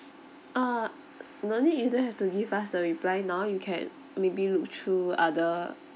uh no need you don't have to give us a reply now you can maybe look through other